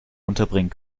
unterbringen